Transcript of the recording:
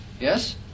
Yes